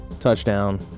Touchdown